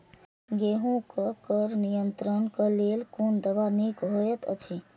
गेहूँ क खर नियंत्रण क लेल कोन दवा निक होयत अछि?